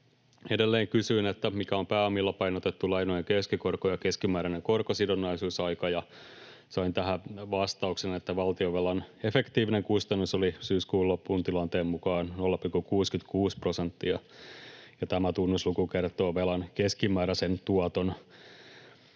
Edelleen kysyin, mikä on pääomilla painotettu lainojen keskikorko ja keskimääräinen korkosidonnaisuusaika, ja sain tähän vastauksen, että valtionvelan efektiivinen kustannus oli syyskuun lopun tilanteen mukaan 0,66 prosenttia. Tämä tunnusluku kertoo velan keskimääräisen tuoton